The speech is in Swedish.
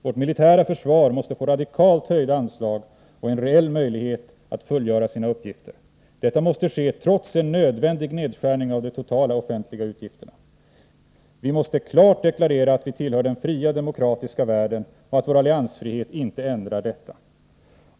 Vårt militära försvar måste få radikalt höjda anslag och en reell möjlighet att fullgöra sina uppgifter. Detta måste ske trots en nödvändig nedskärning av de totala offentliga utgifterna. Vi måste klart deklarera att vi tillhör den fria, demokratiska världen och att vår alliansfrihet inte ändrar detta.